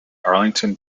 arlington